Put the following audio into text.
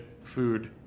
food